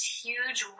huge